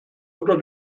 oder